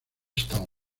stone